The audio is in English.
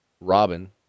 Robin